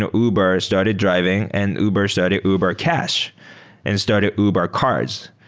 ah uber started driving and uber started uber cash and started uber cars.